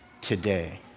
today